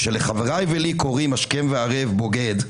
כשלחבריי ולי קוראים השכם והערב "בוגד",